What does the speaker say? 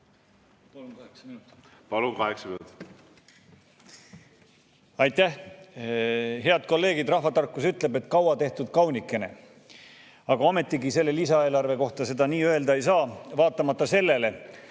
Palun, kaheksa minutit! Palun, kaheksa minutit! Aitäh! Head kolleegid! Rahvatarkus ütleb, et kaua tehtud kaunikene. Aga ometigi selle lisaeelarve kohta nii öelda ei saa, vaatamata sellele